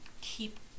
keep